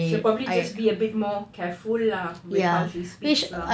so probably just a bit more careful lah when how she speaks lah